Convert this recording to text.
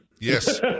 Yes